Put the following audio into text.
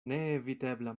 neevitebla